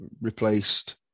replaced